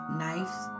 knives